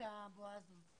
1,500 עובדים,